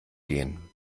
gehen